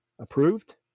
approved